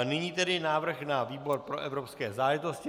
Nyní tedy návrh na výbor pro evropské záležitosti.